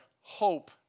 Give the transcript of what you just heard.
hope